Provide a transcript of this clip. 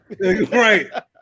Right